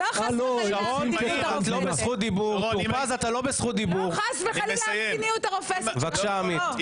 האופוזיציה, לא חס וחלילה המדיניות הרופסת.